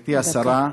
גברתי השרה,